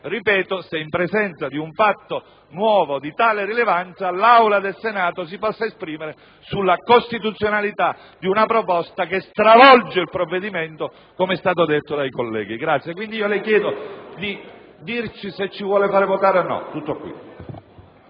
sapere se in presenza di un fatto nuovo di grande rilevanza, l'Aula del Senato può esprimersi sulla costituzionalità di una proposta che stravolge il provvedimento, come è stato sottolineato dai colleghi. Quindi, io le chiedo di dirci se vuole farci votare o meno. *(Applausi